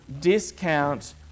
discount